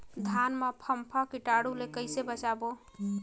धान मां फम्फा कीटाणु ले कइसे बचाबो?